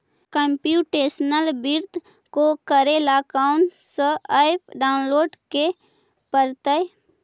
computational वित्त को करे ला कौन स ऐप डाउनलोड के परतई